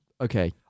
Okay